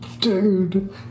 dude